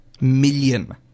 million